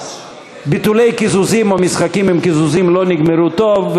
ביטולי קיזוזים או משחקים עם קיזוזים לא נגמרו טוב,